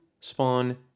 spawn